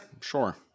sure